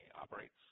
operates